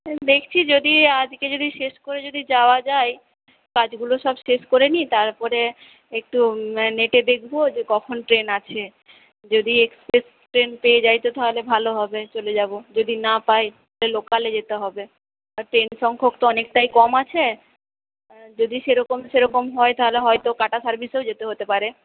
দেখছি যদি আজকে যদি শেষ করে যদি যাওয়া যায় কাজগুলো সব শেষ করে নিই তারপরে একটু নেটে দেখব যে কখন ট্রেন আছে যদি এক্সপ্রেস ট্রেন পেয়ে যাই তো তাহলে ভালো হবে চলে যাব যদি না পাই লোকালে যেতে হবে ট্রেন সংখ্যক তো অনেকটাই কম আছে হ্যাঁ যদি সেরকম সেরকম হয় তাহলে হয়তো কাটা সার্ভিসেও যেতে হতে পারে